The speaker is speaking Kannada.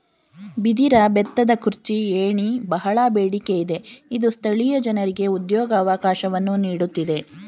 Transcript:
ಬಿದಿರ ಬೆತ್ತದ ಕುರ್ಚಿ, ಏಣಿ, ಬಹಳ ಬೇಡಿಕೆ ಇದೆ ಇದು ಸ್ಥಳೀಯ ಜನರಿಗೆ ಉದ್ಯೋಗವಕಾಶವನ್ನು ನೀಡುತ್ತಿದೆ